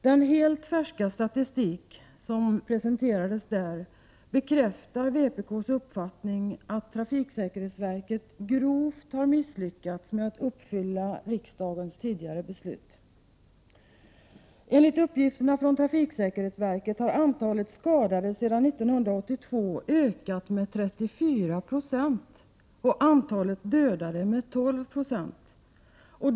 Den alldeles färska statistik som där presenterades bekräftar vpk:s uppfattning, att trafiksäkerhetsverket totalt har misslyckats med att fullfölja riksdagens tidigare beslut. Enligt uppgifterna från trafiksäkerhetsverket har antalet skadade sedan 1982 ökat med 34 96 och antalet dödade med 12 26.